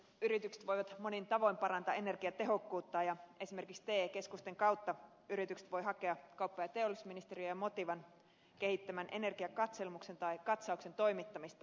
yritykset voivat monin tavoin parantaa energiatehokkuuttaan ja esimerkiksi te keskusten kautta yritykset voivat hakea kauppa ja teollisuusministeriön ja motivan kehittämän energiakatselmuksen tai katsauksen toimittamista